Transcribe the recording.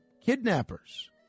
kidnappers